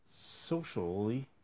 socially